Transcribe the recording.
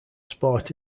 sport